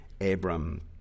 Abram